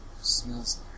smells